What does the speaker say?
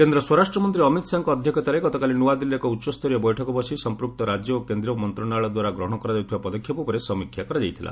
କେନ୍ଦ ସ୍ୱରାଷ୍ଟ୍ମନ୍ତ୍ରୀ ଅମିତ ଶାହାଙ୍କ ଅଧ୍ୟକ୍ଷତାରେ ଗତକାଲି ନ୍ରଆଦିଲ୍ଲୀରେ ଏକ ଉଚ୍ଚସ୍ତରୀୟ ବୈଠକ ବସି ସମ୍ପୃକ୍ତ ରାଜ୍ୟ ଓ କେନ୍ଦ୍ରୀୟ ମନ୍ତ୍ରଣାଳୟ ଦ୍ୱାରା ଗହଣ କରାଯାଉଥିବା ପଦକ୍ଷେପ ଉପରେ ସମୀକ୍ଷା କରାଯାଇଥିଲା